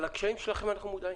לקשיים שלכם אנחנו מודעים.